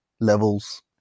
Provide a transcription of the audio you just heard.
levels